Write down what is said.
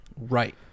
Right